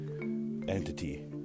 entity